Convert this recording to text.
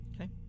Okay